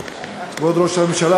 כבוד ראש הממשלה,